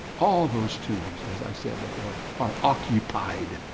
all those tombs, as i said before, are occupied.